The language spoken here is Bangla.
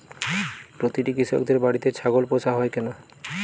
প্রতিটি কৃষকদের বাড়িতে ছাগল পোষা হয় কেন?